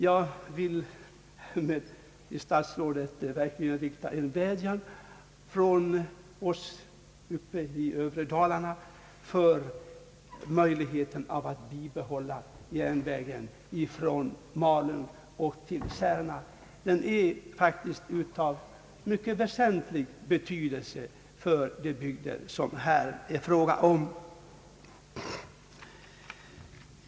Jag vill till statsrådet rikta en vädjan från oss i norra Dalarna att järnvägen från Malung till Särna måtte bibehållas. Den är faktiskt av mycket stor betydelse för de bygder som det här är fråga om.